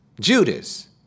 Judas